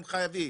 הם חייבים